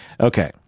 Okay